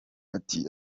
ati